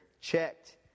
Checked